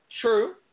True